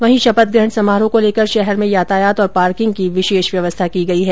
वहीं शपथ ग्रहण समारोह को लेकर शहर में यातायात और पार्किंग ्की विशेष व्यवस्था की गई है